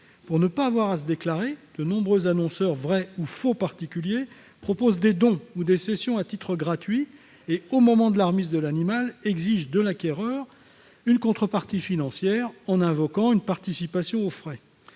Pour ne pas avoir à se déclarer, de nombreux annonceurs, vrais ou faux particuliers, proposent des dons ou des cessions à titre gratuit, mais exigent de l'acquéreur, au moment de la remise de l'animal, une contrepartie financière en invoquant une participation aux frais.